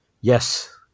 Yes